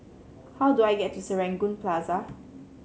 how do I get to Serangoon Plaza